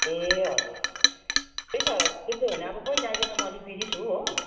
ए हजुर त्यही त त्यस्तो हो भने अब कोही जाइदे त म अलिक बिजी छु हो